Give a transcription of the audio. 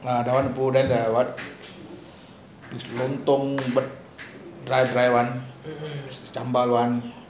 ah that one two then the what lontong try try one sambal one